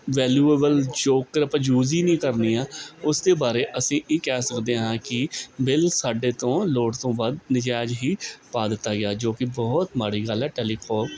valuable ਜੇਕਰ ਆਪਾਂ use ਹੀ ਨਹੀਂ ਕਰਨੀਆਂ ਉਸ ਦੇ ਬਾਰੇ ਅਸੀਂ ਇਹ ਕਹਿ ਸਕਦੇ ਹਾਂ ਕਿ ਬਿੱਲ ਸਾਡੇ ਤੋਂ ਲੋੜ ਤੋਂ ਵੱਧ ਨਜਾਇਜ਼ ਹੀ ਪਾ ਦਿੱਤਾ ਗਿਆ ਜੋ ਕਿ ਬਹੁਤ ਮਾੜੀ ਗੱਲ ਹੈ ਟੈਲੀਫੋਕ